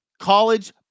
college